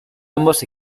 ambos